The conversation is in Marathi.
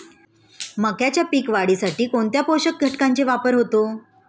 मक्याच्या पीक वाढीसाठी कोणत्या पोषक घटकांचे वापर होतो?